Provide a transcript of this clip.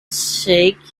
shake